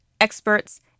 experts